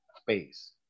space